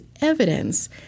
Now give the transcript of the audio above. evidence